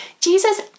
Jesus